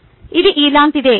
ఇది ఇలాంటిదే